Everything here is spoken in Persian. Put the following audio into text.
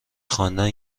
خواندن